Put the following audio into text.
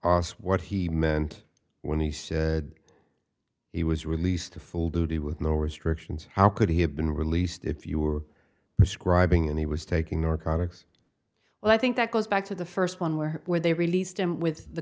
us what he meant when he said he was released to full duty with no restrictions how could he have been released if you were describing and he was taking narcotics well i think that goes back to the first one where were they released him with the